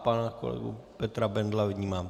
Pana kolegu Petra Bendla vnímám.